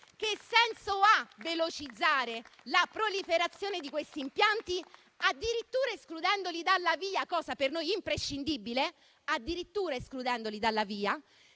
Che senso ha velocizzare la proliferazione di questi impianti, addirittura escludendoli dalla VIA, cosa per noi imprescindibile, se poi una volta messi